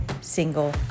single